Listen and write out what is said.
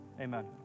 Amen